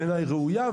בעיניי היא ראויה.